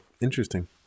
Interesting